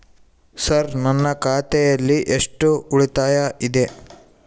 Sir ನನ್ನ ಖಾತೆಯಲ್ಲಿ ಎಷ್ಟು ಉಳಿತಾಯ ಇದೆ?